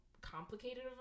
complicated